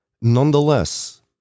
nonetheless